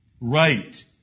Right